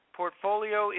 portfolio